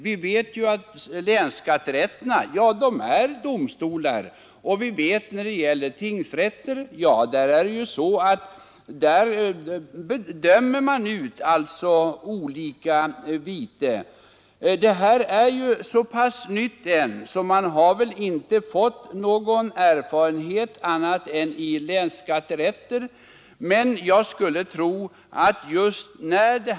Vi vet ju att länsskatterätterna är domstolar, och vi vet att vid tingsrätterna dömer man ut olika viten. Den nuvarande ordningen är ju så pass ny att man ännu inte annat än inom länsskatterätterna har fått någon erfarenhet på området.